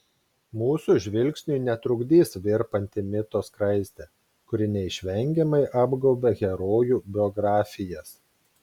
mūsų žvilgsniui netrukdys virpanti mito skraistė kuri neišvengiamai apgaubia herojų biografijas